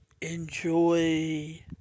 enjoy